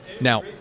Now